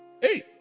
hey